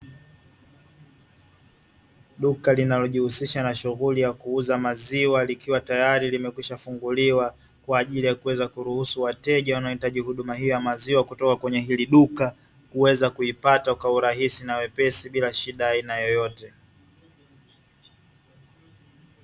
Duka linalojihusisha na shughuli ya kuuza maziwa likiwa tayari na kushafunguliwa kuweza kuruhusu wateja wanaohitaji huduma hiyo ya maziwa kutoka kwenye hili duka kuweza kuzipata kwa urahisi na wepesi bila shida ya aina yoyote.